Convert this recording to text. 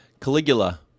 Caligula